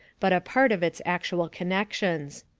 but a part of its actual connections.